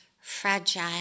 fragile